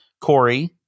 Corey